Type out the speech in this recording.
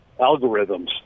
algorithms